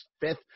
fifth